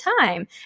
time